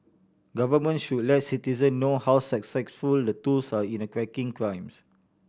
government should let citizen know how successful the tools are in a cracking crimes